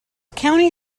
county